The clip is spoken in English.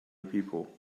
people